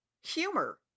humor